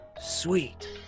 sweet